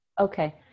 okay